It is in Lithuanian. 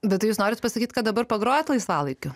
bet tai jūs norit pasakyt kad dabar pagrojat laisvalaikiu